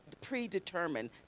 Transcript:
predetermined